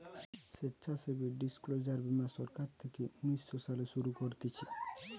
স্বেচ্ছাসেবী ডিসক্লোজার বীমা সরকার থেকে উনিশ শো সালে শুরু করতিছে